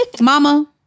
Mama